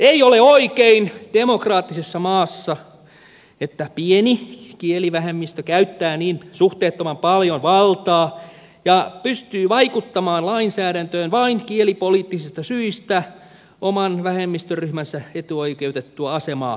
ei ole oikein demokraattisessa maassa että pieni kielivähemmistö käyttää niin suhteettoman paljon valtaa ja pystyy vai kuttamaan lainsäädäntöön vain kielipoliittisista syistä oman vähemmistöryhmänsä etuoikeutettua asemaa varjellakseen